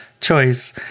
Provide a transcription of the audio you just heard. choice